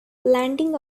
landing